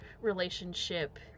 relationship